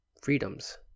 freedoms